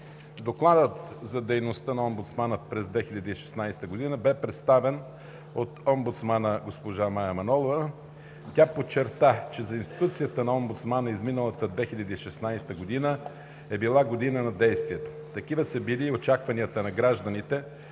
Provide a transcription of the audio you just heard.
Докладът за дейността на омбудсмана през 2016 г. бе представен от омбудсмана – госпожа Мая Манолова. Тя подчерта, че за институцията на омбудсмана изминалата 2016 г. е била година на действието. Такива са били и очакванията на гражданите